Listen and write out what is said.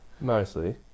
Mostly